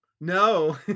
no